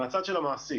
מהצד של המעסיק,